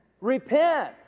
Repent